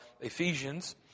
Ephesians